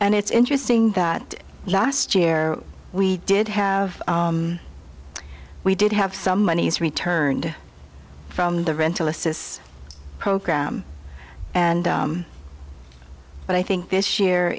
and it's interesting that last year we did have we did have some monies returned from the rental assistance program and but i think this year